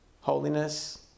Holiness